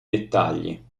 dettagli